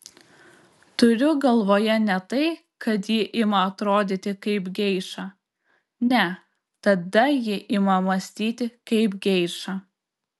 turiu galvoje ne tai kad ji ima atrodyti kaip geiša ne tada ji ima mąstyti kaip geiša